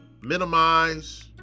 minimize